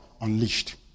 unleashed